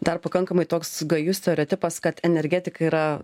dar pakankamai toks gajus stereotipas kad energetika yra